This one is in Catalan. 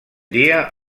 dia